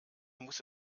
muss